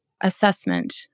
assessment